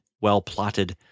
well-plotted